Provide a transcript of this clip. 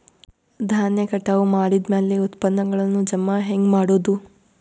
ಧಾನ್ಯ ಕಟಾವು ಮಾಡಿದ ಮ್ಯಾಲೆ ಉತ್ಪನ್ನಗಳನ್ನು ಜಮಾ ಹೆಂಗ ಮಾಡೋದು?